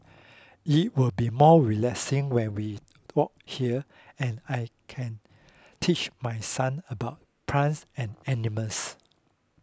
it will be more relaxing when we walk here and I can teach my son about plants and animals